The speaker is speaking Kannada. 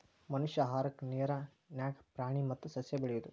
ಮನಷ್ಯಾ ಆಹಾರಕ್ಕಾ ನೇರ ನ್ಯಾಗ ಪ್ರಾಣಿ ಮತ್ತ ಸಸ್ಯಾ ಬೆಳಿಯುದು